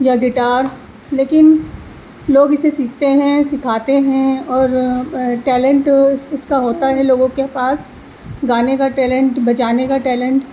یا گٹار لیکن لوگ اسے سیکھتے ہیں سیکھاتے ہیں اور ٹیلنٹ اس کا ہوتا ہے لوگوں کے پاس گانے کا ٹیلنٹ بجانے کا ٹیلنٹ